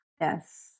Yes